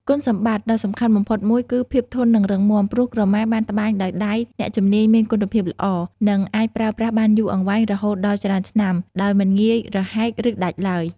គុណសម្បត្តិដ៏សំខាន់បំផុតមួយគឺ ភាពធន់និងរឹងមាំ ព្រោះក្រមាបានត្បាញដោយដៃអ្នកជំនាញមានគុណភាពល្អ និងអាចប្រើប្រាស់បានយូរអង្វែងរហូតដល់ច្រើនឆ្នាំ ដោយមិនងាយរហែកឬដាច់ឡើយ។